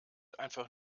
einfach